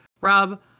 Rob